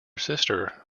sister